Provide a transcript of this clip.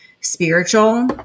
spiritual